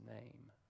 name